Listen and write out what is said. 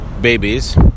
babies